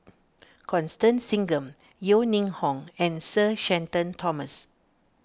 Constance Singam Yeo Ning Hong and Sir Shenton Thomas